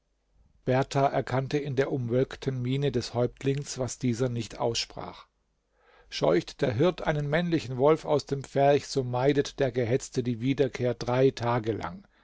berthar erkannte in der umwölkten miene des häuptlings was dieser nicht aussprach scheucht der hirt einen männlichen wolf aus dem pferch so meidet der gehetzte die wiederkehr drei tage lang